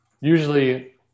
usually